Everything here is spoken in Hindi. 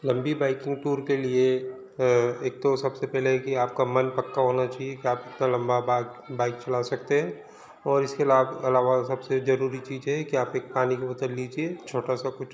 लंबी बाइकिंग टूर के लिए एक तो सबसे पहले कि आपका मन पक्का होना चाहिए कि आप कितना कितना लम्बा बाइक चला सकते हैं और इसके आलावा सबसे जरूरी चीज है कि आप एक पानी की बोतल लीजिए छोटा सा कुछ